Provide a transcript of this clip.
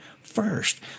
first